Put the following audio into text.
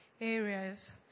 areas